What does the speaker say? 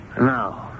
No